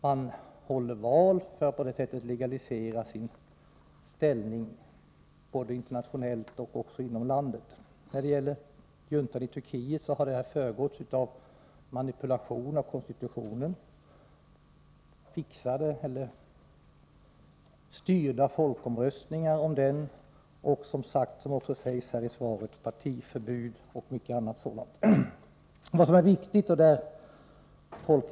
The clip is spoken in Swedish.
Man håller val för att på det sättet söka legalisera sin ställning både internationellt och inom landet. När det gäller Turkiet har valen föregåtts av manipulationer av konstitutionen, ”fixade” eller styrda folkomröstningar om konstitutionen och, vilket också sägs i svaret på frågan, partiförbud och mycket annat av samma slag.